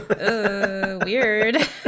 weird